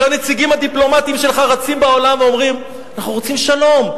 כשהנציגים הדיפלומטיים שלך רצים בעולם ואומרים: אנחנו רוצים שלום,